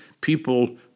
people